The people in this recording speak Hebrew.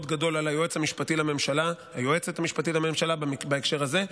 גדול על היועצת המשפטית לממשלה בהקשר הזה,